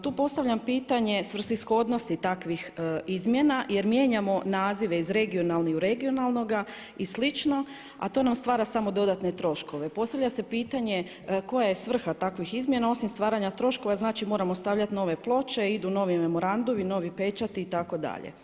Tu postavljam pitanje svrsishodnosti takvih izmjena jer mijenjamo nazive iz regionalnih u regionalnoga i slično a to nam stvar samo dodatne troškove i postavlja se pitanje koja je svrha takvih izmjena osim stvaranja troškova, znači moramo stavljati nove ploče, idu novi memorandumi, novi pečati itd.